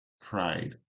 pride